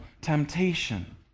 temptation